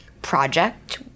Project